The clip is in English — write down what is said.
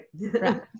Right